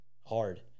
hard